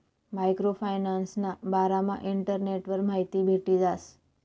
micro फायनान्सना बारामा इंटरनेटवर माहिती भेटी जास